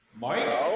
Mike